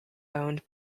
owned